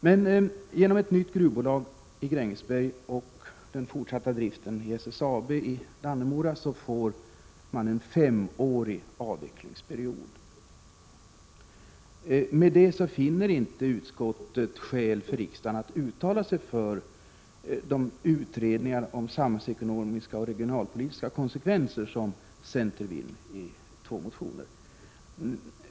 Men genom ett nytt gruvbolag i Grängesberg och den fortsatta driften med SSAB i Dannemora får man en femårig avvecklingsperiod. Med detta finner inte utskottet skäl för riksdagen att uttala sig för de utredningar om samhällsekonomiska och regionalpolitiska konsekvenser som centern vill ha.